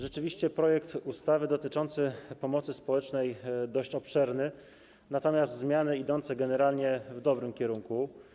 Rzeczywiście projekt ustawy dotyczący pomocy społecznej jest dość obszerny, natomiast zmiany idą generalnie w dobrym kierunku.